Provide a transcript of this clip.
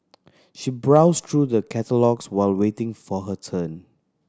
she browsed through the catalogues while waiting for her turn